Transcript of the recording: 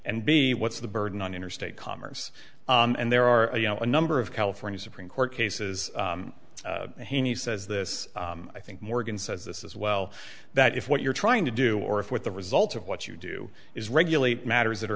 and b what's the burden on interstate commerce and there are a number of california supreme court cases and he says this i think morgan says this as well that if what you're trying to do or if what the result of what you do is regulate matters that are